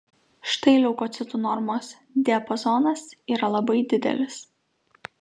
štai leukocitų normos diapazonas yra labai didelis